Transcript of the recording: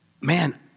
Man